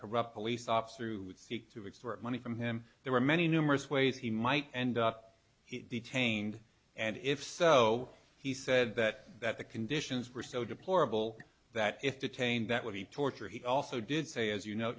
corrupt police officer who seek to extort money from him there were many numerous ways he might end up detained and if so he said that that the conditions were so deplorable that if detained that would be torture he also did say as you no